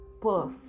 puff